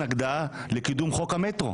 שהיא התנגדה גם לקידום חוק המטרו.